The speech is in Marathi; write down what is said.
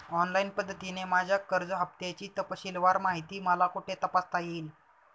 ऑनलाईन पद्धतीने माझ्या कर्ज हफ्त्याची तपशीलवार माहिती मला कुठे तपासता येईल?